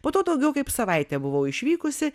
po to daugiau kaip savaitę buvau išvykusi